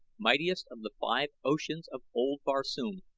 mightiest of the five oceans of old barsoom.